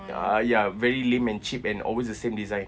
uh ya very lame and cheap and always the same design